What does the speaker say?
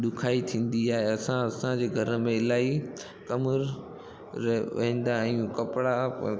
ॾुखियाई थींदी आहे असां असांजे घर में इलाही कमर र वेंदा आहियूं कपिड़ा